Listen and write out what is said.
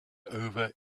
over